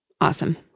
awesome